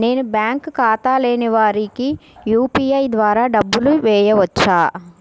నేను బ్యాంక్ ఖాతా లేని వారికి యూ.పీ.ఐ ద్వారా డబ్బులు వేయచ్చా?